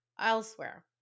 elsewhere